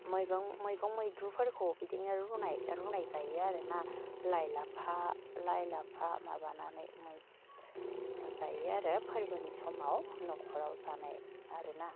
मैगं मैगं मैद्रुफोरखौ बिदिनो रुनाय रुनाय जायो आरोना लाइ लाफा लाइ लाफा माबानानै मै जायो आरो फोरबोनि समाव नख'राव जानाय आरोना